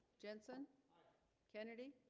jensen kennedy